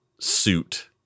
suit